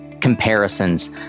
comparisons